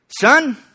son